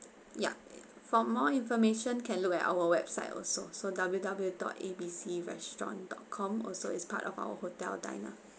ya for more information can look at our website also so W W W dot A B C restaurant dot com also is part of our hotel diner